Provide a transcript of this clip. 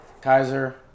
Kaiser